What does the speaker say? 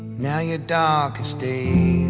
now your darkest days